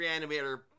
Reanimator